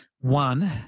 one